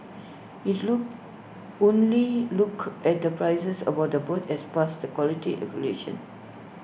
IT look only looked at the prices about the bids had passed the quality evaluation